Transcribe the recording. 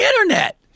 internet